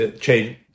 change